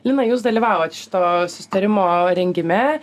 lina jūs dalyvavot šito susitarimo rengime